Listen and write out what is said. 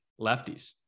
Lefties